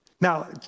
Now